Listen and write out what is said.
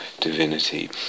divinity